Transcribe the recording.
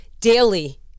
daily